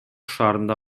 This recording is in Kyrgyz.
шаарында